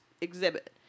exhibit